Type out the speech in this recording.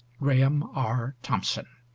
graham r. tomson